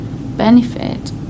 benefit